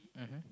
mmhmm